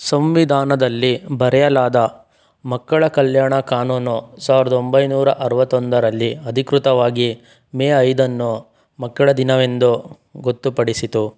ಸಂವಿಧಾನದಲ್ಲಿ ಬರೆಯಲಾದ ಮಕ್ಕಳ ಕಲ್ಯಾಣ ಕಾನೂನು ಸಾವಿರದ ಒಂಬೈನೂರಾ ಅರವತ್ತೊಂದರಲ್ಲಿ ಅಧಿಕೃತವಾಗಿ ಮೇ ಐದನ್ನು ಮಕ್ಕಳ ದಿನವೆಂದು ಗೊತ್ತುಪಡಿಸಿತು